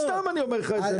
לקראת התכנית האסטרטגית.